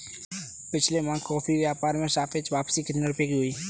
पिछले माह कॉफी व्यापार में सापेक्ष वापसी कितने रुपए की हुई?